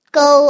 go